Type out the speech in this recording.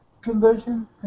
conversion